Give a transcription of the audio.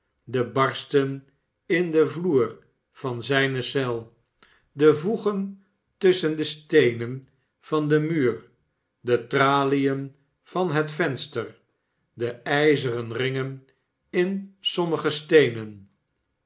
de barsten in den vloer van zijne eel de voegen tusschen de steenen van den muur de tralien van het venster de ijzeren ringen in sommige steenen